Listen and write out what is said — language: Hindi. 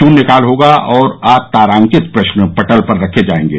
शून्यकाल होगा और अतारांकित प्रश्न पटल पर रखे जाएंगे